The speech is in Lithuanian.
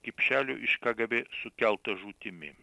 kipšelių iš kgb sukelta žūtimi